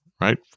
right